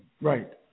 Right